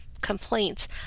complaints